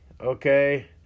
okay